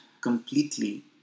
completely